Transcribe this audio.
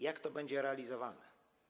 Jak to będzie realizowane?